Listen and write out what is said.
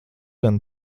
gan